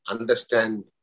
understand